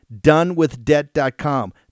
donewithdebt.com